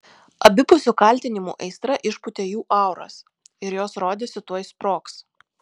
abipusių kaltinimų aistra išpūtė jų auras ir jos rodėsi tuoj sprogs